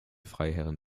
freiherren